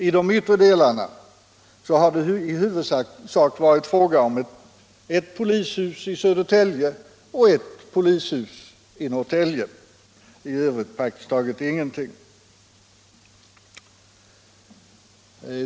I de yttre delarna har det i huvudsak varit fråga om ett polishus i Södertälje och ett polishus i Norrtälje, i övrigt praktiskt taget ingenting.